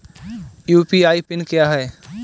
UPI PIN क्या है?